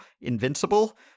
Invincible